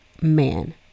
man